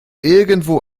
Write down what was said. irgendwo